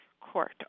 court